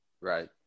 Right